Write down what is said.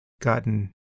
gotten